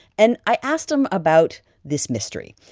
and i asked him about this mystery.